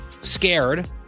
scared